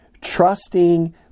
trusting